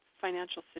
financial